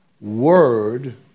Word